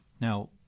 Now